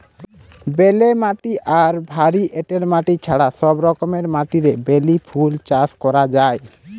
বেলে মাটি আর ভারী এঁটেল মাটি ছাড়া সব রকমের মাটিরে বেলি ফুল চাষ করা যায়